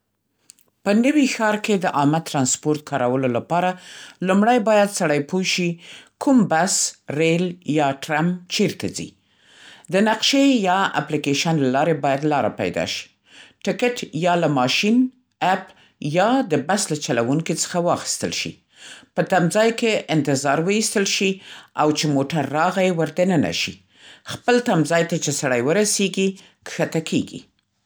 ‎په نوي ښار کې د عامه ترانسپورت کارولو لپاره، لومړی باید سړی پوه شې کوم بس، ریل یا ټرام چېرته ځي. د نقشې یا اپلیکیشن له لارې باید لاره پیدا شي. ټکټ یا له ماشین، اپ یا د بس له چلوونکي څخه واخیستل شي. په تم‌ځای کې انتظار وایستل شي او چې موټر راغی، وردننه شي. خپل تم‌ځای ته چې سړی ورسېږي، ښکته کېږي.